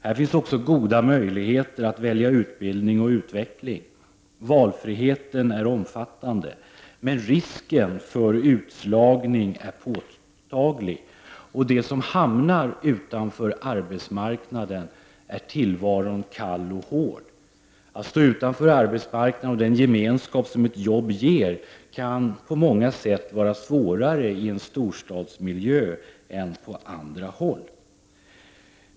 Här finns det också goda möjligheter till utveckling och till att välja utbildning. Valfriheten är omfattande, men risken för utslagning är påtaglig. För dem som hamnar utanför arbetsmarknaden är tillvaron kall och hård. Att stå utanför arbetsmarknaden och den gemenskap som ett arbete ger kan på många sätt vara svårare i en storstadsmiljö än på andra håll.